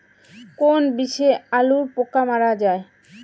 কোন বিষে আলুর পোকা মারা যায়?